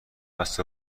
است